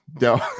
No